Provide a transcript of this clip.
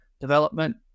development